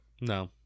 No